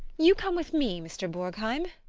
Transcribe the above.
you come with me, mr. borgheim.